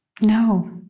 No